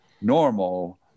normal